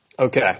Okay